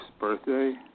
birthday